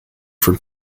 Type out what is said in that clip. for